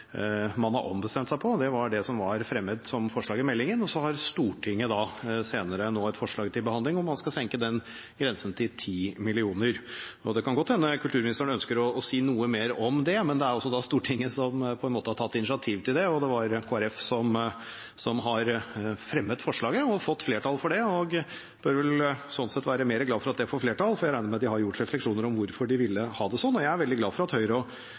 som forslag i meldingen, og så har Stortinget nå senere et forslag til behandling om hvorvidt man skal senke grensen til 10 mill. kr. Det kan godt hende kulturministeren ønsker å si noe mer om det, men det er altså Stortinget som har tatt initiativ til det. Det er Kristelig Folkeparti som har fremmet forslaget og får flertall for det – og bør vel være glad for at det får flertall, for jeg regner med at de har gjort seg refleksjoner om hvorfor de ville ha det slik. Jeg er veldig glad for at Høyre, Venstre og